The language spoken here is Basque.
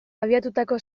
abiatutako